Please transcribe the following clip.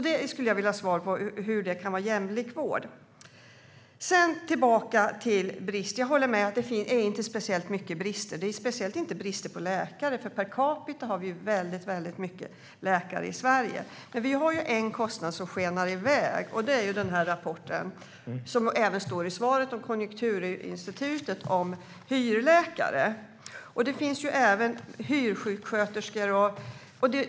Detta skulle jag vilja ha ett svar på: Hur kan det vara jämlik vård? Jag går tillbaka till det här med bristen. Jag håller med om att det inte råder speciellt stor brist. Det råder i synnerhet inte någon brist på läkare, för per capita har vi många läkare i Sverige. Men vi har en kostnad som skenar iväg, och det gäller hyrläkare som det står om i rapporten som nämns i svaret. Det finns även hyrsjuksköterskor.